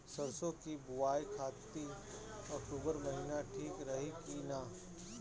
सरसों की बुवाई खाती अक्टूबर महीना ठीक रही की ना?